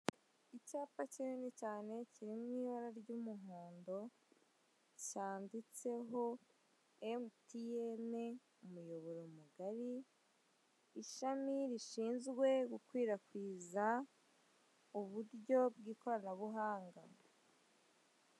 Icyapa kinini cyane kiri mu ibara ry'umuhondo cyanditseho MTN, umuyoboro mugari ishami rishinzwe gukwirakwiza uburyo bw'ikoranabuhanga.